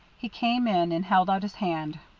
he came in and held out his hand.